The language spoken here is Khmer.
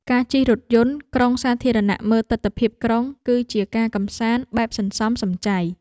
ការជិះរថយន្តក្រុងសាធារណៈមើលទិដ្ឋភាពក្រុង គឺជាការកម្សាន្តបែបសន្សំសំចៃ។